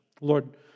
Lord